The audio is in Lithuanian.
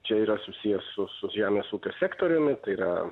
čia yra susiję su su žemės ūkio sektoriumi tai yra